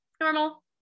Normal